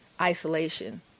isolation